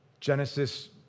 Genesis